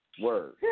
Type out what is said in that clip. Word